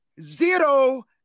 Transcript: Zero